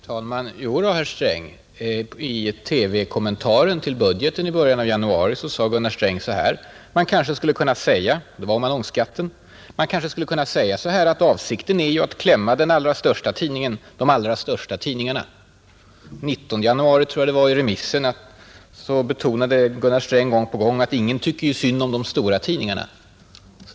Herr talman! Jo då, herr Sträng, i TV-kommentaren till budgeten i början av januari sade Gunnar Sträng att man ”kanske skulle kunna säga så här att avsikten är ju att klämma den allra största tidningen, de allra största tidningarna,— ——”. I remissdebatten betonade Gunnar Sträng den 19 januari i år gång på gång att ”ingen tycker synd om de stora” tidningarna.